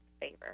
favor